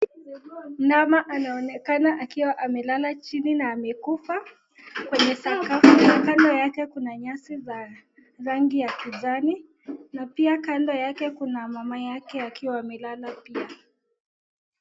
Mama anaonekana akiwa amelala chini na amekufa kwenye sakafu kando yake kuna nyasi za rangi ya kijani na pia kando yake kuna mama yake akiwa amelala pia.